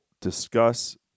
discuss